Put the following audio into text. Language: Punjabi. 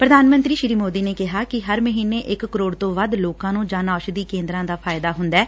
ਪ੍ਰਧਾਨ ਮੰਤਰੀ ਸ੍ਰੀ ਮੋਦੀ ਨੇ ਕਿਹਾ ਕਿ ਹਰ ਮਹੀਨੇ ਇਕ ਕਰੋੜ ਤੋਂ ਵੱਧ ਲੋਕਾਂ ਨੂੰ ਜਨ ਔਸ਼ਧੀ ਕੇਂਦਰਾਂ ਦਾ ਫ਼ਾਇਦਾ ਹੁੰਦੈ